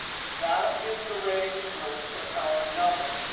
that is the range where we put our numbers.